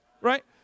right